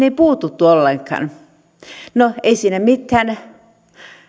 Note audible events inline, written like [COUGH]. [UNINTELLIGIBLE] ei puututtu ollenkaan no ei siinä mitään